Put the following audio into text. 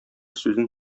сүзен